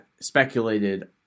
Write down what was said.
speculated